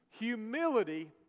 Humility